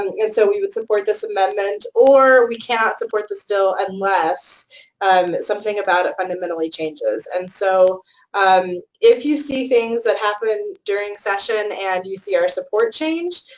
um and so we would support this amendment, or, we cannot support this bill unless something about it fundamentally changes. and so if you see things that happen during session and you see our support change,